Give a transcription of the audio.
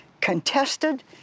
contested